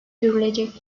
görülecek